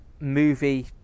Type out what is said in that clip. movie